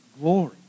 glory